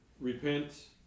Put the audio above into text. repent